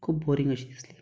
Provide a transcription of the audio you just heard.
खूब बोरींग अशी दिसली